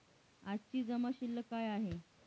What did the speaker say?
आजची जमा शिल्लक काय आहे?